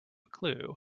clue